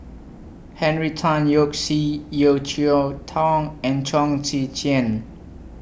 Henry Tan Yoke See Yeo Cheow Tong and Chong Tze Chien